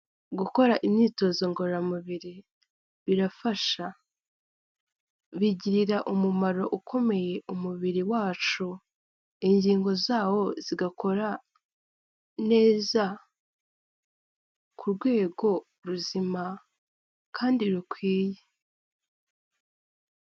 Gukora imyitozo ngororamubiri birafasha bigirira umumaro ukomeye umubiri wacu, ingingo zawo zigakora neza ku rwego ruzima kandi rukwiye.